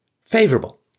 favorable